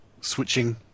switching